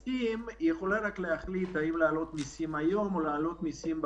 הממשלה יכולה להחליט האם להעלות מיסים היום או בעתיד.